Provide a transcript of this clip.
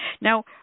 Now